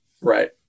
right